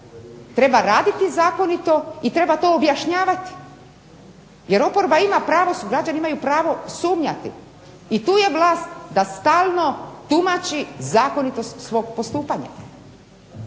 Treba raditi zakonito, i treba to objašnjavati. Jer oporba ima pravo, građani imaju pravo sumnjati, i tu je vlast da stalno tumači zakonitost svog postupanja.